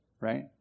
right